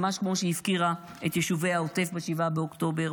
ממש כמו שהפקירה את יישובי העוטף ב-7 באוקטובר,